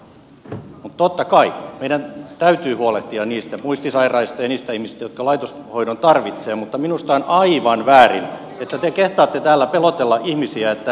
totta kai meidän täytyy huolehtia niistä muistisairaista ja niistä ihmisistä jotka laitoshoidon tarvitsevat mutta minusta on aivan väärin että te kehtaatte täällä pelotella ihmisiä että hallitus on jättämässä vanhukset heitteille